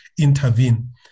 intervene